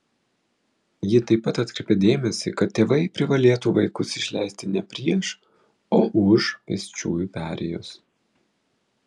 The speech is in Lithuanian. ji taip pat atkreipė dėmesį kad tėvai privalėtų vaikus išleisti ne prieš o už pėsčiųjų perėjos